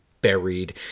buried